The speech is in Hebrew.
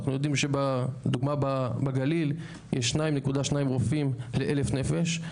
אנחנו יודעים לדוגמא בגליל יש 2.2 רופאים ל-1,000 נפש,